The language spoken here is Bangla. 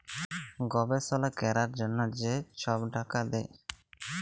গবেষলা ক্যরার জ্যনহে যে ছব টাকা দেয়